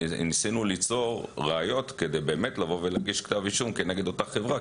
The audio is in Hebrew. ניסינו ליצור ראיות כדי באמת לבוא ולהגיש כתב אישום כנגד אותה חברה,